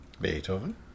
Beethoven